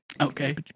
Okay